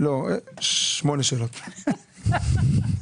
שאלות בבקשה.